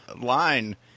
line